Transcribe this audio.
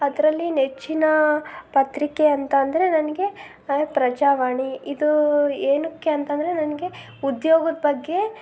ಅದರಲ್ಲಿ ನೆಚ್ಚಿನ ಪತ್ರಿಕೆ ಅಂತ ಅಂದರೆ ನನಗೆ ಪ್ರಜಾವಾಣಿ ಇದು ಏನಕ್ಕೆ ಅಂತಂದರೆ ನನಗೆ ಉದ್ಯೋಗದ ಬಗ್ಗೆ